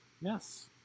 yes